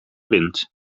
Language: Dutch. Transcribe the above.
wind